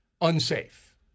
unsafe